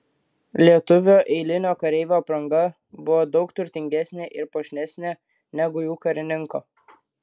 lietuvio eilinio kareivio apranga buvo daug turtingesnė ir puošnesnė negu jų karininko